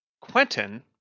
Quentin